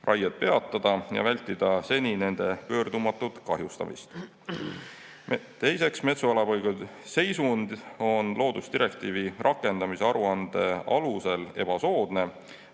raiet peatada ja vältida seni nende pöördumatut kahjustamist. Teiseks, metsaelupaikade seisund on loodusdirektiivi rakendamise aruande alusel ebasoodne.